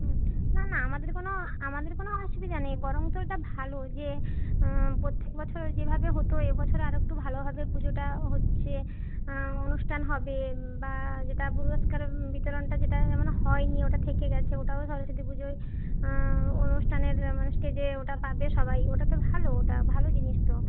হুম না না আমাদের কোনও আমাদের কোনও অসুবিধা নেই বরং তো এটা ভালো যে প্রত্যেক বছর যেভাবে হত এ বছর আরকটু ভালোভাবে পুজোটা হচ্ছে অনুষ্ঠান হবে বা যেটা পুরষ্কার বিতরণটা যেটা যেমন হয় নি ওটা থেকে গেছে ওটাও সরস্বতী পুজোয় অনুষ্ঠানের মানে স্টেজে ওটা পাবে সবাই ওটা তো ভালো ওটা ভালো জিনিস তো